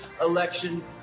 election